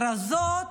רק הכרזות,